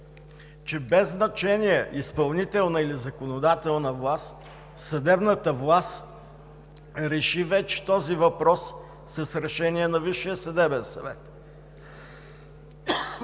че без значение изпълнителна или законодателна власт, съдебната власт реши вече този въпрос с Решение на Висшия съдебен съвет